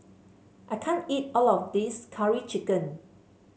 I can't eat all of this Curry Chicken